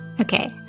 Okay